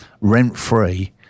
rent-free